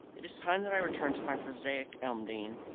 it is time that i returned to my prosaic elmdene,